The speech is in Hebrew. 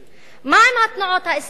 מה עם התנועות האסלאמיות הסוניות?